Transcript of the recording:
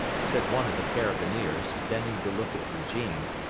said one of the carabineers, bending to look at eugene.